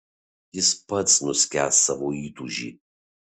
jis pats nuskęs savo įtūžy